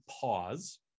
pause